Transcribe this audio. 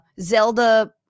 zelda